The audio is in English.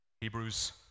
Hebrews